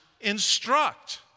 instruct